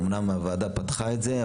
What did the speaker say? אמנם הוועדה פתחה את זה,